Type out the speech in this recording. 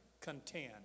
contend